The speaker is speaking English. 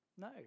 No